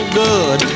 good